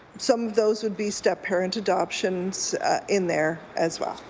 some of those would be step parent adoptions in there, as well.